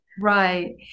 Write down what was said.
Right